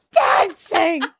dancing